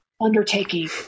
undertaking